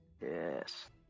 Yes